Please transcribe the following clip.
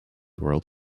world